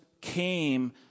came